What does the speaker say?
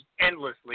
endlessly